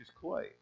Clay